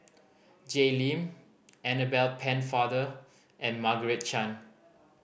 Jay Lim Annabel Pennefather and Margaret Chan